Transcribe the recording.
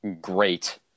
great